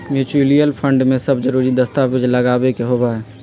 mutual fund में सब जरूरी दस्तावेज लगावे के होबा हई